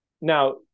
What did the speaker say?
now